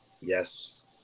Yes